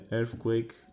Earthquake